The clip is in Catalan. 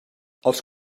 els